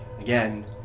again